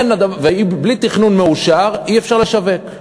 בלי תכנון מאושר אי-אפשר לשווק.